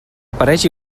apareix